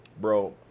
Bro